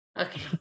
Okay